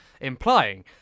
implying